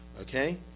Okay